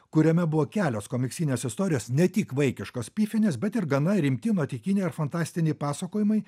kuriame buvo kelios komiksinės istorijos ne tik vaikiškos pifinės bet ir gana rimti nuotykiniai ir fantastiniai pasakojimai